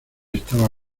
estaba